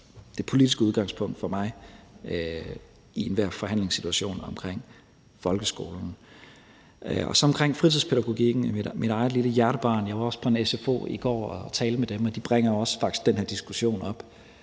det politiske udgangspunkt for mig i enhver forhandlingssituation omkring folkeskolen. Om fritidspædagogikken, mit eget lille hjertebarn, vil jeg sige: Jeg var i en sfo i går og tale med dem, og de bringer faktisk også den her diskussion op,